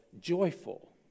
joyful